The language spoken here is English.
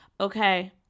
okay